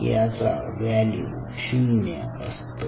याचा व्हॅल्यू 0 असतो